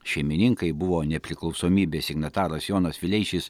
šeimininkai buvo nepriklausomybės signataras jonas vileišis